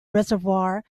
reservoir